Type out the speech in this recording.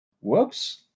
Whoops